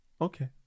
Okay